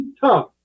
tough